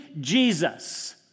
Jesus